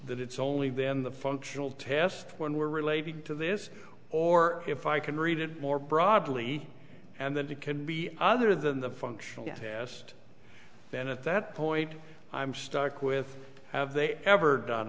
that it's only then the functional test when were related to this or if i can read it more broadly and that it could be other than the functional test then at that point i'm stuck with have they ever done